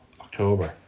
October